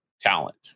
talent